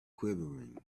quivering